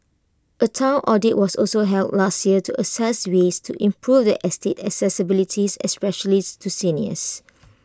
A Town audit was also held last year to assess ways to improve the estate's accessibilities especially to seniors